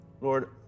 Lord